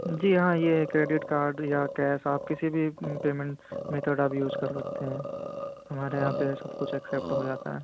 جی ہاں یہ credit card یا کیس آپ کسی بھی پیمینٹ میتھڈ آپ یوز کر سکتے ہیں ہمارے یہاں پہ سب کچھ ایکسیپٹ ہو جاتا ہے